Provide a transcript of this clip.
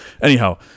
anyhow